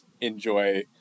enjoy